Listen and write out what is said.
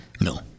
No